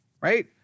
right